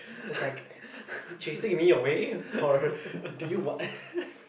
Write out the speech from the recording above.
it's like chasing me away or do you what